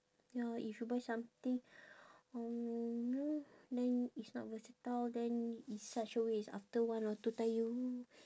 ya if you buy something um no then it's not versatile then it's such a waste after one or two time you